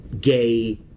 gay